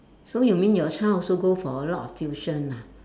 so you mean your child also go for a lot of tuition ah